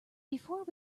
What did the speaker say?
before